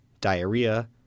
diarrhea